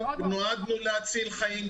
נועדנו להציל חיים,